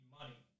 money